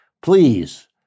Please